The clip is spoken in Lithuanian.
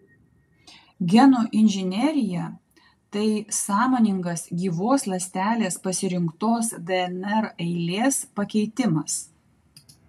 genų inžinerija tai sąmoningas gyvos ląstelės pasirinktos dnr eilės pakeitimas